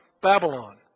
Babylon